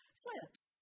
flips